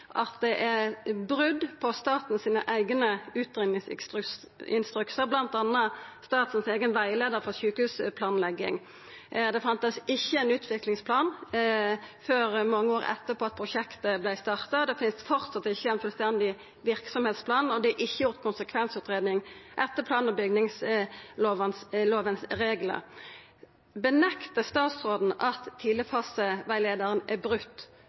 at det er brot på staten sine eigne utgreiingsinstruksar, bl.a. statens eigen rettleiar for sjukehusplanlegging. Det fanst ikkje ein utviklingsplan før mange år etter at prosjektet vart starta. Det finst enno ikkje ein fullstendig verksemdsplan, og det finst enno ikkje ei konsekvensutgreiing etter plan- og bygningslovens reglar. Nektar statsråden for at tidlegfaserettleiinga er